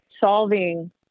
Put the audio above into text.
solving